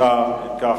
9. אם כך,